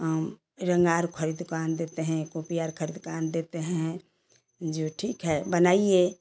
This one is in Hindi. हम रंग और खरीद कर आन देते हैं कोपी और खरीद कर आन देते हैं जो ठीक है बनाईए